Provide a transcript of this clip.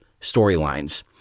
storylines